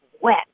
wet